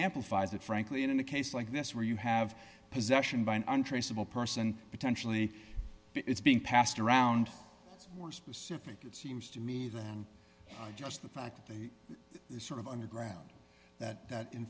amplifies it frankly in a case like this where you have possession by an untraceable person potentially it's being passed around more specific it seems to me than just the fact that there is sort of underground that that in